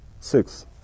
six